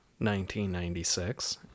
1996